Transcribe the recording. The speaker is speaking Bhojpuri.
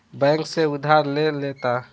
बैंक से उधार ले लेता